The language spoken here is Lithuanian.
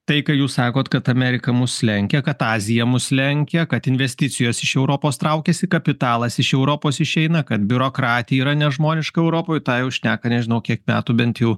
tai ką jūs sakote kad amerika mus lenkia kad azija mus lenkia kad investicijos iš europos traukiasi kapitalas iš europos išeina kad biurokratija yra nežmoniška europoj tą jau šneka nežinau kiek metų bent jau